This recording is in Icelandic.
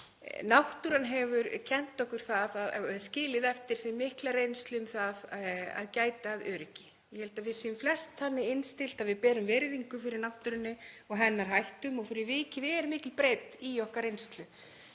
okkur það, skilið eftir sig mikla reynslu um það að gæta að öryggi. Ég held að við séum flest þannig innstillt að við berum virðingu fyrir náttúrunni og hennar hættum og fyrir vikið er mikil breidd í okkar reynslu.